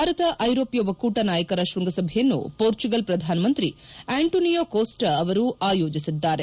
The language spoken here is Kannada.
ಭಾರತ ಐರೋಪ್ನ ಒಕ್ಕೂಟ ನಾಯಕರ ಶ್ವಂಗಸಭೆಯನ್ನು ಮೋರ್ಚುಗಲ್ ಪ್ರಧಾನಮಂತ್ರಿ ಆಂಟೋನಿಯೋ ಕೋಸ್ಲಾ ಅವರು ಆಯೋಜಿಸಿದ್ದಾರೆ